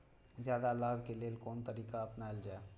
जादे लाभ के लेल कोन तरीका अपनायल जाय?